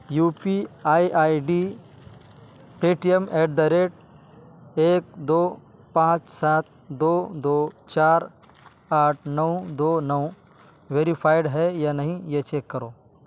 you P I I D Paytm at the rate ایک دو پانچ سات دو دو چار آٹھ نو دو نو ویریفائیڈ ہے یا نہیں یہ چیک کرو